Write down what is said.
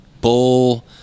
bull